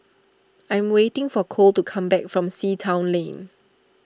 I am waiting for Kole to come back from Sea Town Lane